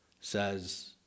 says